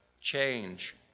Change